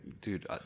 Dude